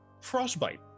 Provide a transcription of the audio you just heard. frostbite